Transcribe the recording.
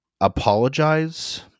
apologize